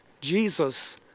Jesus